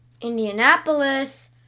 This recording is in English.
Indianapolis